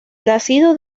nacido